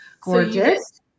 gorgeous